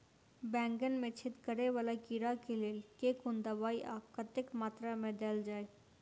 बैंगन मे छेद कराए वला कीड़ा केँ लेल केँ कुन दवाई आ कतेक मात्रा मे देल जाए?